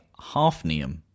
Hafnium